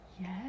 Yes